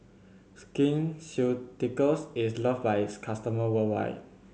Skin Ceuticals is loved by its customer worldwide